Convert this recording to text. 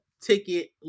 ticket